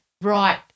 right